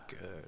good